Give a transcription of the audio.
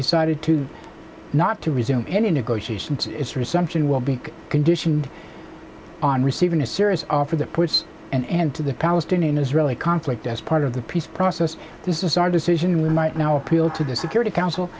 decided to not to resume any negotiations its resumption will be conditioned on receiving a serious offer that puts an end to the palestinian israeli conflict as part of the peace process this is our decision we might now appeal to the security council